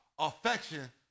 affection